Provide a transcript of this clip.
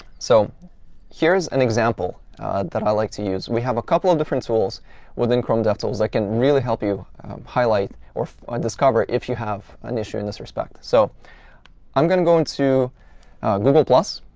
so here's an example that i like to use. we have a couple of different tools within chrome devtools that can really help you highlight or discover if you have an issue in this respect. so i'm going to go into google,